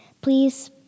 Please